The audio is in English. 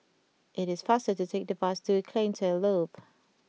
it is faster to take the bus to Cleantech Loop